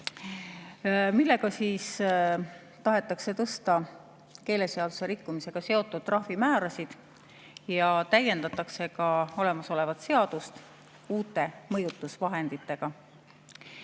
millega tahetakse tõsta keeleseaduse rikkumisega seotud trahvimäärasid ja täiendatakse ka olemasolevat seadust uute mõjutusvahenditega.